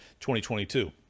2022